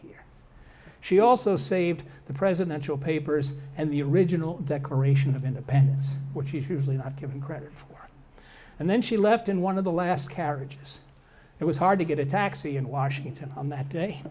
here she also saved the presidential papers and the original declaration of independence which is usually not given credit for and then she left in one of the last carriages it was hard to get a taxi in washington on that day